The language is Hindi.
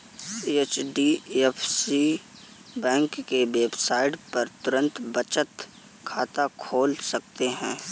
एच.डी.एफ.सी बैंक के वेबसाइट पर तुरंत बचत खाता खोल सकते है